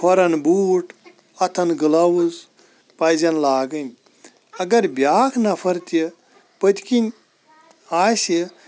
کھۄرَن بوٗٹھ اَتَھن گٕلاوُز پَزن لاگٕنۍ اَگر بیاکھ نَفر تہِ پٕتۍکِن آسہِ